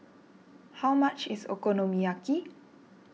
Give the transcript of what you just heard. how much is Okonomiyaki